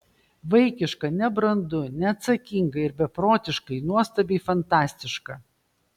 vaikiška nebrandu neatsakinga ir beprotiškai nuostabiai fantastiška